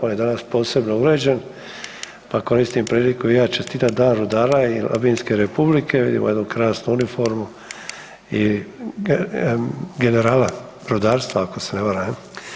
On je danas posebno uređen, pa koristim priliku i ja čestitat Dan rudara i Labinske republike, vidimo jednu krasnu uniformu i generala rudarstva ako se ne varam.